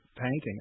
painting